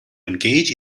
engage